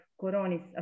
Coronis